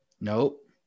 Nope